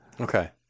Okay